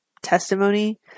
testimony